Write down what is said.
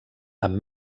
amb